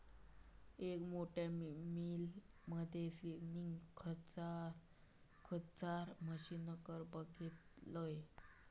एक मोठ्या मिल मध्ये स्पिनींग खच्चर मशीनका बघितलंय